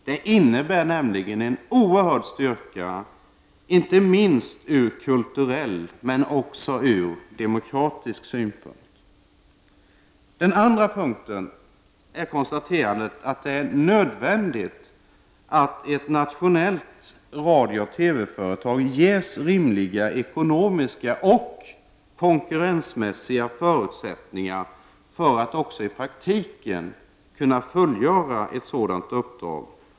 Den innebär nämligen en oerhörd styrka, inte minst ur kulturell men även ur demokratisk synpunkt. Den andra punkten är att det är nödvändigt att ett nationellt radiooch TV-företag ges rimliga ekonomiska och konkurrensmässiga förutsättningar för att även i praktiken kunna fullgöra ett sådant uppdrag.